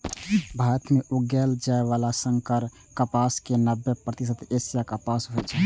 भारत मे उगाएल जाइ बला संकर कपास के नब्बे प्रतिशत एशियाई कपास होइ छै